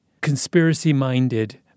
conspiracy-minded